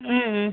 ம் ம்